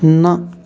نہ